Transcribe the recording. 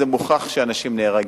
זה מוכח שאנשים נהרגים.